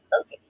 Okay